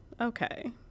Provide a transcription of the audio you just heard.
okay